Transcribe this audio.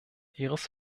ihres